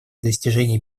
достижения